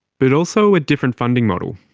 but also a different funding model.